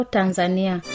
Tanzania